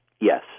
Yes